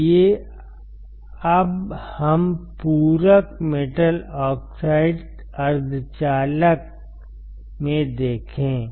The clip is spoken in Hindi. आइए अब हम पूरक मेटल ऑक्साइड अर्धचालक में देखें